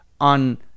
on